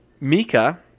Mika